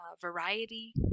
variety